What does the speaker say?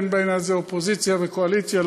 אין בעניין הזה אופוזיציה וקואליציה,